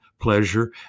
pleasure